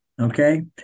okay